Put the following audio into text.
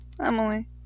Emily